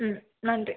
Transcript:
ம் நன்றி